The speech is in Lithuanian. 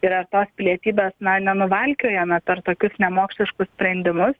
yra tos pilietybės na nenuvalkiojome per tokius nemoksliškus sprendimus